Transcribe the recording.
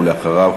ואחריו,